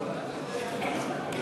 קבוצת סיעת הרשימה